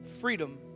freedom